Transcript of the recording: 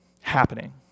happening